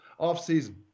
offseason